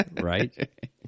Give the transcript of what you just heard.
Right